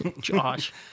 Josh